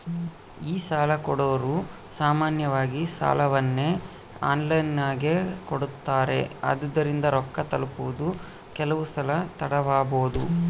ಈ ಸಾಲಕೊಡೊರು ಸಾಮಾನ್ಯವಾಗಿ ಸಾಲವನ್ನ ಆನ್ಲೈನಿನಗೆ ಕೊಡುತ್ತಾರೆ, ಆದುದರಿಂದ ರೊಕ್ಕ ತಲುಪುವುದು ಕೆಲವುಸಲ ತಡವಾಬೊದು